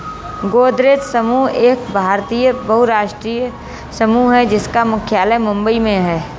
गोदरेज समूह एक भारतीय बहुराष्ट्रीय समूह है जिसका मुख्यालय मुंबई में है